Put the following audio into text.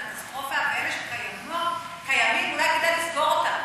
זה קטסטרופה, אלה שקיימים, אולי כדאי לסגור אותם.